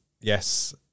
yes